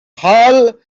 hull